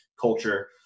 culture